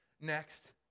next